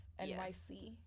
nyc